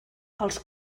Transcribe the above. els